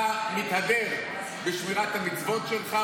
אתה מתהדר בשמירת המצוות שלך,